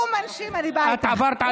הוא מנשים, אני באה איתך.